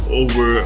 over